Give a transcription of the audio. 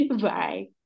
Bye